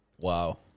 Wow